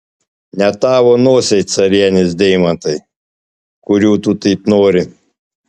ne tavo nosiai carienės deimantai kurių tu taip nori